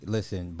Listen